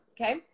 Okay